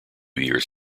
years